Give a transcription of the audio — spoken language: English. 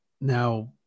Now